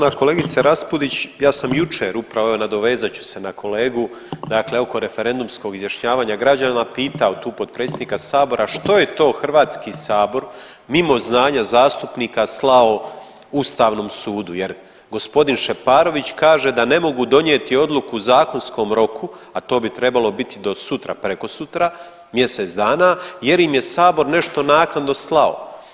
Poštovana kolegice Raspudić ja sam jučer upravo evo nadovezat ću se na kolegu dakle oko referendumskog izjašnjavanja građana pitao tu potpredsjednika sabor što je to Hrvatski sabor mimo znanja zastupnika slao Ustavnom sudu jer gospodin Šeparović kaže da ne mogu donijeti odluku u zakonskom roku, a to bi trebalo biti do sutra, prekosutra, mjesec dana jer im je sabor nešto naknadno slao.